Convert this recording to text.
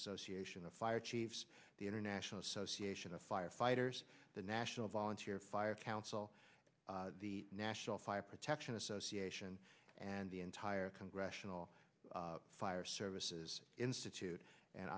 association of fire chiefs the international association of firefighters the national volunteer fire council the national fire protection association and the entire congressional fire services institute and